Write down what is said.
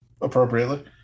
appropriately